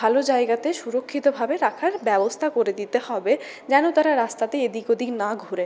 ভালো জায়গাতে সুরক্ষিতভাবে রাখার ব্যবস্থা করে দিতে হবে যেন তারা রাস্তাতে এদিক ওদিক না ঘোরে